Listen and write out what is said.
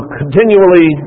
continually